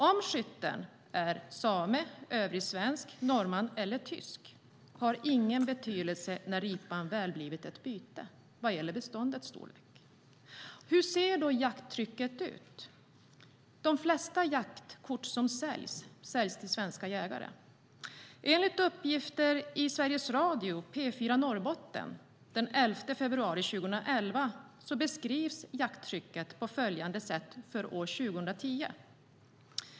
Om skytten är same, övrig svensk, norrman eller tysk har ingen betydelse när ripan väl blivit ett byte vad gäller beståndets storlek. Hur ser jakttrycket ut? De flesta jaktkorten säljs till svenska jägare. Enligt uppgifter i Sveriges Radio P4 Norrbotten den 11 februari 2011 beskrivs jakttrycket på följande sätt för år 2010.